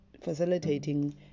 facilitating